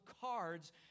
cards